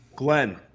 Glenn